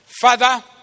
Father